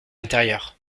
intérieures